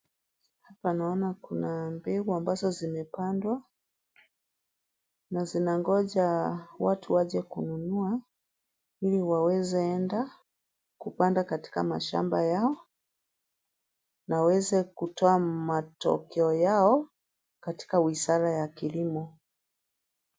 Hapa naona kuna mbegu ambazo zimepandwa, na zinangoja watu waje kununua, ili waweze enda kupanda katika mashamba yao. Naweza kutoa matokeo yao katika wizara ya kilimo.